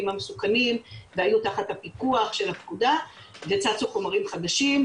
המסוכנים והיו תחת הפיקוח של הפקודה וצצו חומרים חדשים.